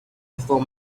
before